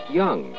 young